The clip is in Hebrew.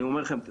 אני אומר לכם,